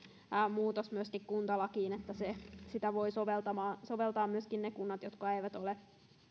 muutoksen myöskin kuntalakiin niin että sitä voivat soveltaa myöskin ne kunnat jotka eivät ole